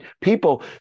people